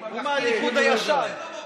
הוא מהליכוד הישן.